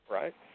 right